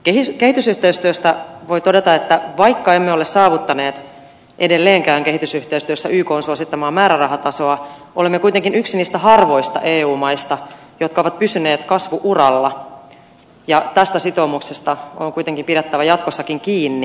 kehitysyhteistyöstä voi todeta että vaikka emme ole saavuttaneet edelleenkään kehitysyhteistyössä ykn suosittamaa määrärahatasoa olemme kuitenkin yksi niistä harvoista eu maista jotka ovat pysyneet kasvu uralla ja tästä sitoumuksesta on kuitenkin pidettävä jatkossakin kiinni